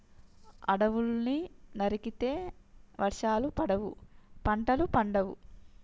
అడవుల్ని నరికితే వర్షాలు పడవు, పంటలు పండవు